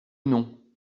non